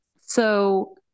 So-